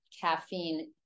caffeine